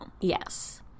yes